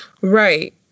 right